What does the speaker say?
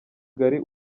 ghali